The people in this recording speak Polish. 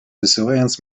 wysyłając